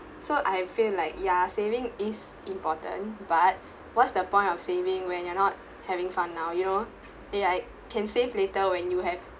so I feel like ya saving is important but what's the point of saving when you're not having fun now you know ah yeah can save later when you have